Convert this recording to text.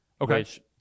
Okay